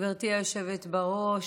גברתי היושבת בראש.